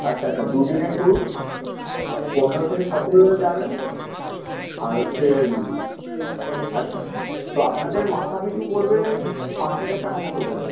আচ্ছা আচ্ছা দুদিনের ট্যুর পনেরো থেকে সতেরোজন যাবেন আর হচ্ছে আচ্ছা তো আপনাদের মাথা পিছু পড়বে পাঁচ হাজার টাকা মতো করে